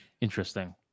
interesting